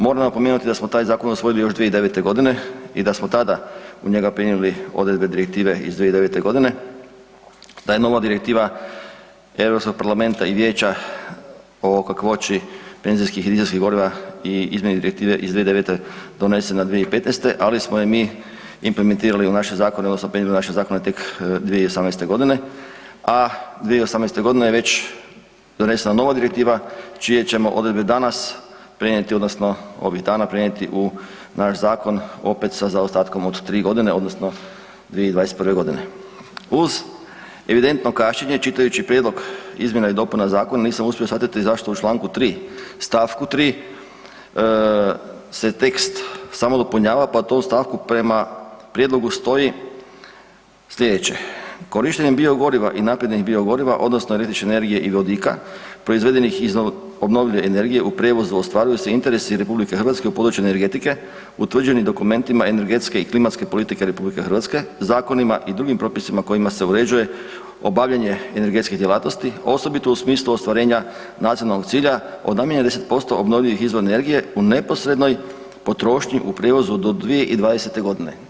Moram napomenuti da smo taj zakon usvojili još 2009.g. i da smo tada u njega prenijeli odredbe direktive iz 2009.g., da je nova direktiva Europskog parlamenta i Vijeća o kakvoći benzinskih i dizelskih goriva i izmjeni direktive iz 2009.g. donesena 2015., ali smo je mi implementirali u naše zakone odnosno prenijeli u naše zakone tek 2018.g., a 2018.g. je već donesena nova direktiva čije ćemo odredbe danas prenijeti odnosno ovih dana prenijeti u naš zakon opet sa zaostatkom od tri godine odnosno 2021.g. Uz evidentno kašnjenje čitajući prijedlog izmjena i dopuna zakona nisam uspio shvatiti zašto u čl. 3. st. 3. se tekst samo dopunjava pa to u stavku prema prijedlogu stoji sljedeće: „Korištenjem biogoriva i naprednih biogoriva odnosno električne energije i vodika proizvedenih iz obnovljive energije u prijevozu ostvaruju se interesi RH u području energetike utvrđenim dokumentima energetske i klimatske politike RH, zakonima i drugim propisima kojima se uređuje obavljanje energetske djelatnosti osobito u smislu ostvarenja nacionalnog cilja od najmanje 10% obnovljivih izvora energije u neposrednoj potrošnji u prijevozu do 2020.g.